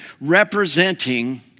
representing